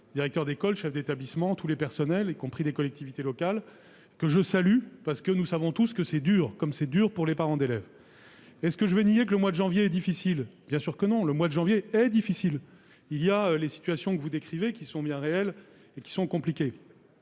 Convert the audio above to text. directeurs d'école, chefs d'établissements, et tous les personnels, y compris des collectivités locales, que je salue, parce que nous savons tous que c'est dur pour eux, comme c'est dur pour les parents d'élèves. Est-ce que je vais nier que le mois de janvier sera difficile ? Bien sûr que non ! Le mois de janvier est et sera difficile. Les situations que vous décrivez sont bien réelles et très compliquées.